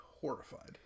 horrified